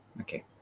okay